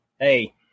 Hey